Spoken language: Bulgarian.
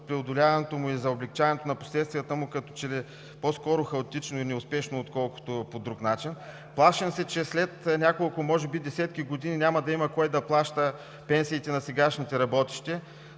преодоляването му и за облекчаването на последствията му като че ли по-скоро хаотично и неуспешно, отколкото по друг начин. Плашим се, че след няколко, може би десетки години няма да има кой да плаща пенсиите на сегашните работещи